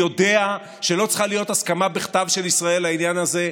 יודע שלא צריכה להיות הסכמה בכתב של ישראל לעניין הזה.